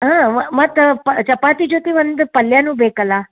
ಹಾಂ ಮತ್ತು ಪ ಚಪಾತಿ ಜೊತೆ ಒಂದು ಪಲ್ಯನೂ ಬೇಕಲ್ಲ